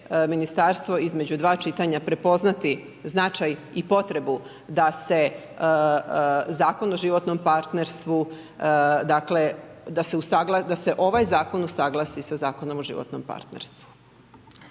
Ministarstvo između dva čitanja prepoznati značaj i potrebu da se Zakon o životnom partnerstvu dakle da se ovaj zakon usuglasi sa Zakonom o životnom partnerstvu.